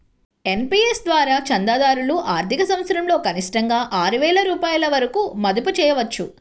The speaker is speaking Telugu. ఎన్.పీ.ఎస్ ద్వారా చందాదారులు ఆర్థిక సంవత్సరంలో కనిష్టంగా ఆరు వేల రూపాయల వరకు మదుపు చేయవచ్చు